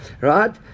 Right